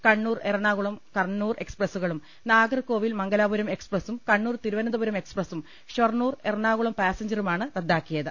കണ്ണൂർ എറണാകുളം കണ്ണൂർ എക്സ്പ്രസുകളും നാഗർകോവിൽ മംഗലാപുരം എക്സ്പ്ര സും കണ്ണൂർ തിരുവനന്തപുരം എക്സ്പ്രസും ഷൊർണൂർ എറണാകുളം പാസഞ്ചറുമാണ് റദ്ദാക്കിയത്